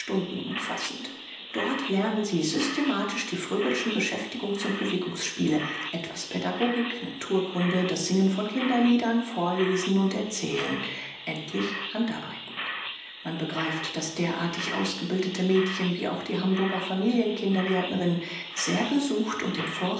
umfassend dort lernen sie systematisch die fröbel'schen beschäftigungs und bewegungsspiele etwas pädagogik naturkunde das singen von kinderliedern vorlesen und erzählen endlich handarbeiten man begreift daß derartig ausgebildete mädchen wie auch die hamburger familien kindergärtnerinnen sehr gesucht und